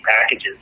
packages